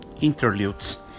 interludes